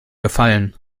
gefallen